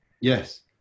Yes